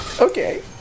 Okay